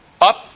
up